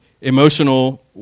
emotional